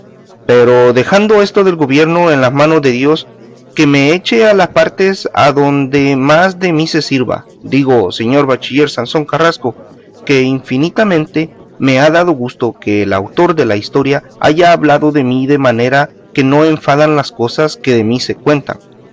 pero dejando esto del gobierno en las manos de dios que me eche a las partes donde más de mí se sirva digo señor bachiller sansón carrasco que infinitamente me ha dado gusto que el autor de la historia haya hablado de mí de manera que no enfadan las cosas que de mí se cuentan